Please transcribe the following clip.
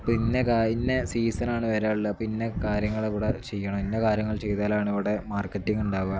പിന്നെ ഇന്ന ഇന്ന സീസൺണ് വരുള്ളൂ അപ്പം ഇന്ന കാര്യങ്ങൾ ഇവിടെ ചെയ്യണം ഇന്ന കാര്യങ്ങൾ ചെയ്താലാണ് ഇവിടെ മാർക്കറ്റിങ് ഉണ്ടാവുക